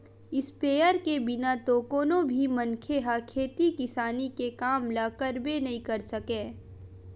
sprayer के बिना तो कोनो भी मनखे ह खेती किसानी के काम ल करबे नइ कर सकय